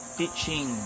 teaching